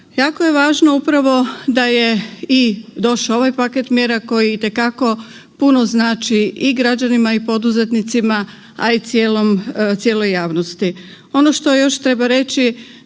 Jako je važno upravo da je došao i ovaj paket mjera koji itekako puno znači i građanima i poduzetnicima, a i cijeloj javnosti. Ono što još treba reći